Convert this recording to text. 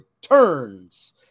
turns